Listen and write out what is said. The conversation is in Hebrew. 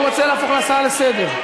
הוא רוצה להפוך להצעה לסדר-היום.